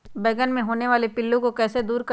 बैंगन मे होने वाले पिल्लू को कैसे दूर करें?